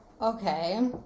Okay